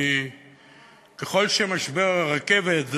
כי ככל שמשבר הרכבת,